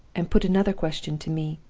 and put another question to me,